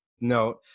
note